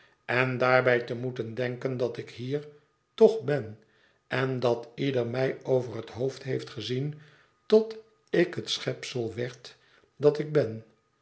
en daarbij te moeten denken dat ik hier toch ben en dat ieder mij over het hoofd heeft gezien tot ik het schepsel werd dat ik ben